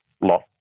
lot